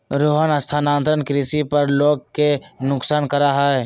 रोहन स्थानांतरण कृषि पर लोग के नुकसान करा हई